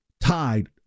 Tied